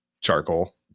charcoal